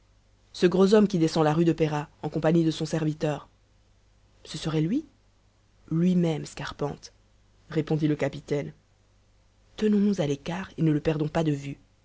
ce gros homme qui descend la rue de péra en compagnie de son serviteur ce serait lui lui-même scarpante répondit le capitaine tenons-nous à l'écart et ne le perdons pas de vue